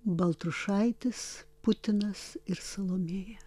baltrušaitis putinas ir salomėja